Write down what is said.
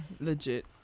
Legit